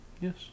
Yes